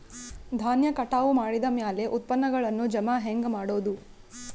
ಧಾನ್ಯ ಕಟಾವು ಮಾಡಿದ ಮ್ಯಾಲೆ ಉತ್ಪನ್ನಗಳನ್ನು ಜಮಾ ಹೆಂಗ ಮಾಡೋದು?